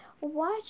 Watch